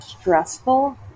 stressful